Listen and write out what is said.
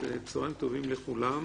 צהרים טובים לכולם.